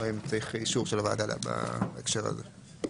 אם צריך אישור של הוועדה בקשר הזה.